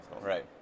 Right